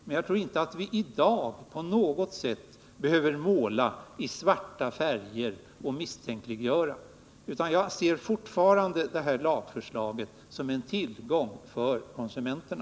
Men jag tror inte att vi i dag på något sätt behöver måla i svarta färger och misstänkliggöra, utan jag ser fortfarande den här lagen som en tillgång för konsumenterna.